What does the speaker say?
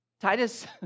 Titus